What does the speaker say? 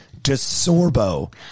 DeSorbo